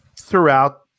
throughout